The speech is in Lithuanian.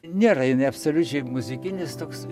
nėra jinai absoliučiai muzikinis toks